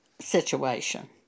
situation